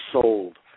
sold